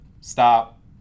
stop